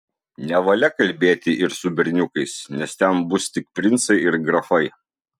nevalia kalbėti ir su berniukais nes ten bus tik princai ir grafai